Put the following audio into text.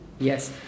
Yes